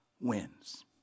wins